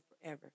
forever